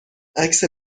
عکس